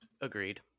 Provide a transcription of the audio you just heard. Agreed